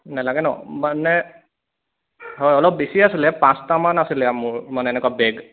নেলাগে ন মানে হয় অলপ বেছি আছিলে পাঁচটামান আছিলে মোৰ মানে এনেকুৱা বেগ